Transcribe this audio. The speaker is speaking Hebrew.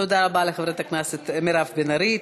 תודה רבה לחברת הכנסת מירב בן ארי.